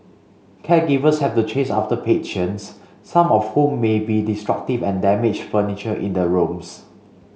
caregivers have to chase after patients some of whom may be destructive and damage furniture in the rooms